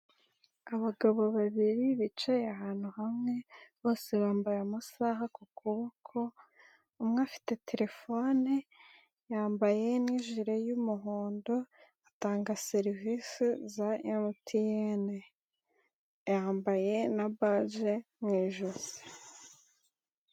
abagabo babiri bicaye ahantu hamwe bose bambaye amasaha ku kuboko, umwe afite terefone yambaye nijire y'umuhondo atanga serivisi za MTN, yambaye na baje mu ijosi.